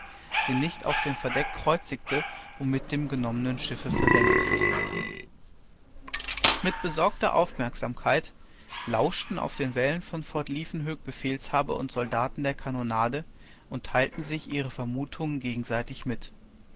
sie nicht auf dem verdeck kreuzigte und mit dem genommenen schiffe versenkte mit besorgter aufmerksamkeit lauschten auf den wällen von fort liefkenhoek befehlshaber und soldaten der kanonade und teilten sich ihre vermutungen gegenseitig mit